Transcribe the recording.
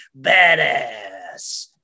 Badass